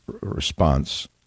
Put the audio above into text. response